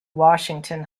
washington